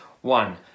one